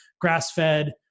grass-fed